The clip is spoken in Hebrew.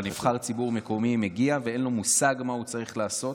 אבל נבחר ציבור מקומי מגיע ואין לו מושג מה הוא צריך לעשות.